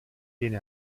viene